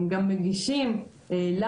הם גם נגישים לנו